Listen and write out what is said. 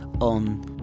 on